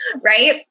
right